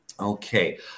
Okay